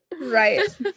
Right